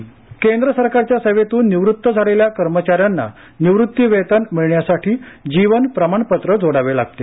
जीवन प्रमाणपत्र केंद्र सरकारच्या सेवेतून निवृत्त झालेल्या कर्मचार्यांना निवृत्ती वेतन मिळण्यासाठी जीवन प्रमाणपत्र जोडावे लागते